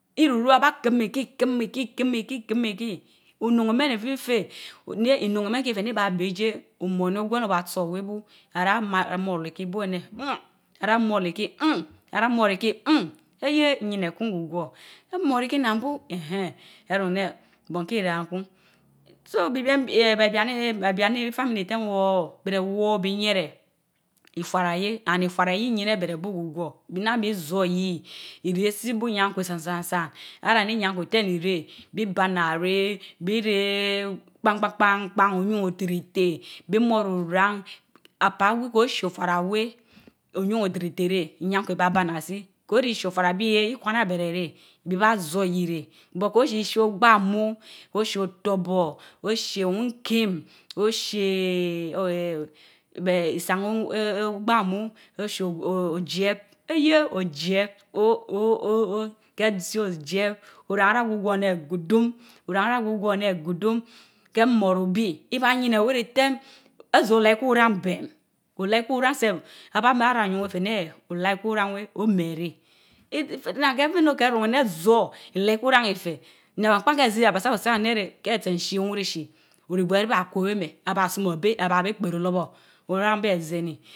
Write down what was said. Iru ruu aba kim ikii, kim ikii innun meh ifi feh neh, innun meh keh feh néh ibaa béh ijie omomi obéhn oba tso weh bú aràh moóro iksi bu eneh nnm aráh moóró ikii nmmu ehyeh! iyineh kun gwugwo. amoów ikii nnan bu ennhen érun aneh bónkii irien kun. tso bibien eenn bebian ifamili tén woór bereh woor bi yiereh ifarah yre and ifarah yie iyineh benéh bu gwugwor nnaan bi zóh yie, ireh sii bu nyanhweh san san san san arah nii iyankweh ten ireh, bi baána reh, bi reh kpan kpan kpaa oyun okireteh bi moóró oran apaagwi ko shie ofara wéh oyun otirirekeh iyankweh iibaa banasi. ko ji shie ofarawa weh irwana abereh reh bi ba zoh iyireh but kio shishie ogbaamu, ochie otorbor, ochie owinkim ochie eenn beensan eee ogbamu, ochie ojeb eyieh! ojeb ooooo! echie ojeb oran oyáh gwor eneh gudum, oran oyah gwor eneh gudum. Ke mooro ubi, ibaa yii neh weh ritem. ezóh olar iku oran bem, olan iku oran sef, abaa meh ara oyun weh feh neh olor iku oran weh omeh reh eeeb nnan keh béy noh keh nun anóh ézoh iilar ku ran eteh nnan aakan keh zii abasan abasan eeh keh sén shii owirishi, rigweh ibaa weh weh meh abaa sumór béy, abaa kpiri ilorbor oranbeh aziieni